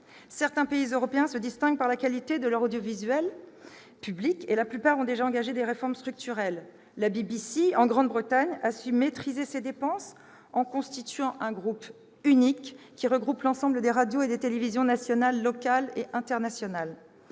Certains pays européens se distinguent par la qualité de leur audiovisuel public et la plupart ont déjà engagé des réformes structurelles. La BBC, en Grande-Bretagne, a su maîtriser ses dépenses, en constituant un groupe unique qui regroupe l'ensemble des radios et des télévisions nationales, locales et internationales.